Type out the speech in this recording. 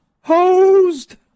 hosed